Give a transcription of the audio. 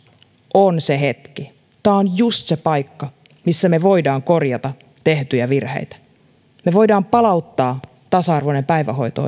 on se hetki tämä on just se paikka missä me voimme korjata tehtyjä virheitä me voimme palauttaa tasa arvoisen päivähoito